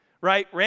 Right